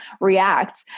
react